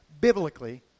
biblically